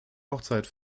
hochzeit